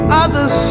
other's